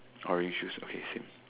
orange shoes okay same